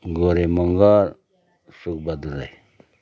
Gore Magar Sukbahadur Rai